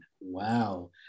wow